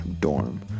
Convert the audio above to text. dorm